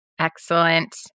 Excellent